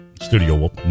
studio